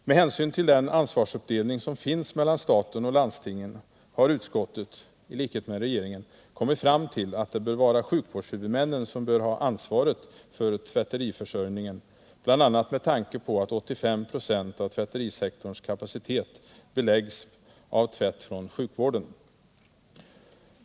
Med hänsyn till den ansvarsuppdelning som finns mellan staten och landstingen har utskottet, i likhet med regeringen, kommit fram till att det bör vara sjukvårdshuvudmännen som skall ha ansvaret för tvätteriförsörjningen, bl.a. med tanke på att huvuddelen av tvätterisektorns kapacitet beläggs av tvätt från sjukvården.